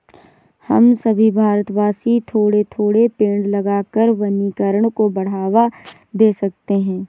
हम सभी भारतवासी थोड़े थोड़े पेड़ लगाकर वनीकरण को बढ़ावा दे सकते हैं